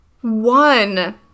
one